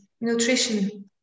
nutrition